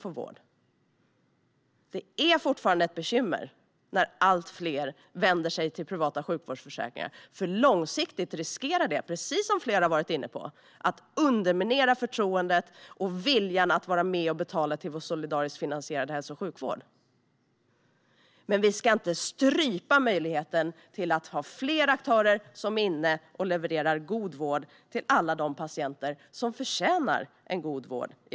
Fortfarande är det ett bekymmer när allt fler vänder sig till privata sjukvårdsförsäkringar, eftersom det långsiktigt riskerar, vilket många har varit inne på, att underminera förtroendet och viljan att vara med och betala till vår solidariskt finansierade hälso och sjukvård. Men vi ska inte strypa möjligheten att ha flera aktörer som levererar god vård till alla de patienter i vårt land som förtjänar en god vård.